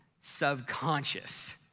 subconscious